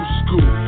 school